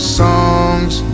songs